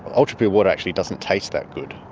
ah ultrapure water actually doesn't taste that good.